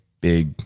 big